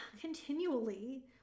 continually